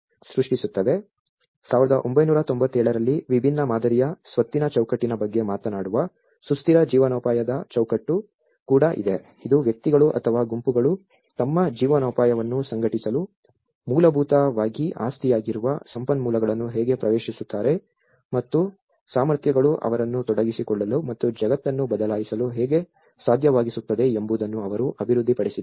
1997 ರಲ್ಲಿ ವಿಭಿನ್ನ ಮಾದರಿಯ ಸ್ವತ್ತಿನ ಚೌಕಟ್ಟಿನ ಬಗ್ಗೆ ಮಾತನಾಡುವ ಸುಸ್ಥಿರ ಜೀವನೋಪಾಯದ ಚೌಕಟ್ಟು ಕೂಡ ಇದೆ ಇದು ವ್ಯಕ್ತಿಗಳು ಅಥವಾ ಗುಂಪುಗಳು ತಮ್ಮ ಜೀವನೋಪಾಯವನ್ನು ಸಂಘಟಿಸಲು ಮೂಲಭೂತವಾಗಿ ಆಸ್ತಿಯಾಗಿರುವ ಸಂಪನ್ಮೂಲಗಳನ್ನು ಹೇಗೆ ಪ್ರವೇಶಿಸುತ್ತಾರೆ ಮತ್ತು ಸಾಮರ್ಥ್ಯಗಳು ಅವರನ್ನು ತೊಡಗಿಸಿಕೊಳ್ಳಲು ಮತ್ತು ಜಗತ್ತನ್ನು ಬದಲಾಯಿಸಲು ಹೇಗೆ ಸಾಧ್ಯವಾಗಿಸುತ್ತದೆ ಎಂಬುದನ್ನು ಅವರು ಅಭಿವೃದ್ಧಿಪಡಿಸಿದ್ದಾರೆ